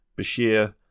Bashir